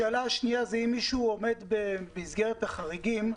שאלה שנייה: ואם מישהו עומד במסגרת החריגים,